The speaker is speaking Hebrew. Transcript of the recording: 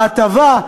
ההטבה,